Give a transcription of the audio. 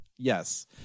Yes